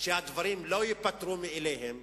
שהדברים לא ייפתרו מאליהם.